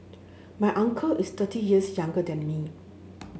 my uncle is thirty years younger than me